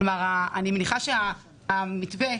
אני מניחה שהמתווה,